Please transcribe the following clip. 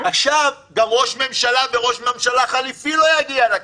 עכשיו גם ראש ממשלה וראש ממשלה חילופי לא יגיע לכנסת.